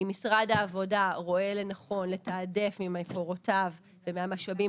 אם משרד העבודה רואה לנכון לתעדף ממקורותיו ומהמשאבים